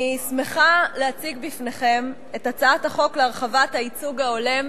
אני שמחה להציג בפניכם את הצעת החוק להרחבת הייצוג ההולם,